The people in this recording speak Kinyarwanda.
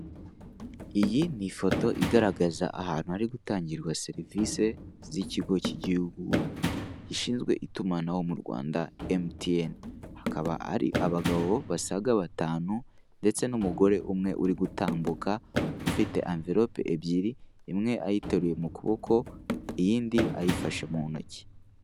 Iyi ni ifoto igaragaza ahantu hari gutangirwa serivisi z'ikigo cy'igihugu gishinzwe itumanaho mu Rwanda MTN, hakaba hari abagabo basaga batanu ndetse n'umugore umwe uri gutambuka ufite envelope ebyiri imwe ayiteruye mu kuboko iyindi ayifashe mu ntoki.